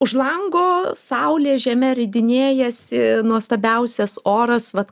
už lango saulė žeme ridinėjasi nuostabiausias oras vat